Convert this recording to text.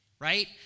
Right